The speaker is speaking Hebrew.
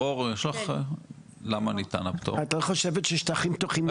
דיור ולכן יש צורך בהגדלת השטחים הפתוחים.